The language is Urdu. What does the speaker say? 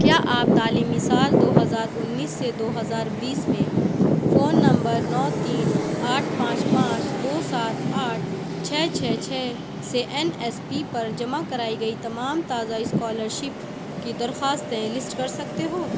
کیا آپ تعلیمی سال دو ہزار انیس سے دو ہزار بیس میں فون نمبر نو تین آٹھ پانچ پانچ دو سات آٹھ چھ چھ چھ سے این ایس پی پر جمع کرائی گئی تمام تازہ اسکالرشپ کی درخواستیں لیسٹ کر سکتے ہو